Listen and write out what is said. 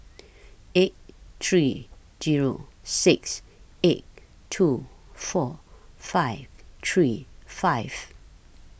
eight three Zero six eight two four five three five